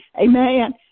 Amen